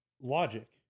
logic